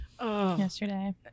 yesterday